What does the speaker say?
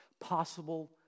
possible